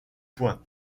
points